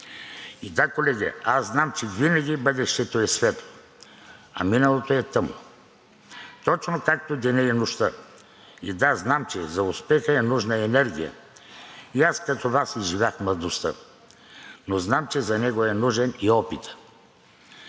И да, колеги, аз знам, че винаги бъдещето е светло, а миналото е тъмно – точно както денят и нощта. И да, знам, че за успеха е нужна енергия – и аз като Вас изживях младостта, но знам, че за него е нужен и опитът.